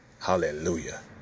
Hallelujah